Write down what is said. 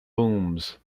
booms